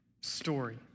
story